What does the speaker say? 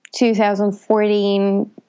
2014